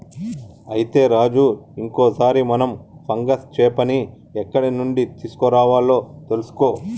అయితే రాజు ఇంకో సారి మనం ఫంగస్ చేపని ఎక్కడ నుండి తీసుకురావాలో తెలుసుకో